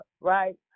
right